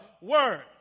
word